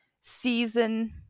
season